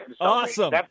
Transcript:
Awesome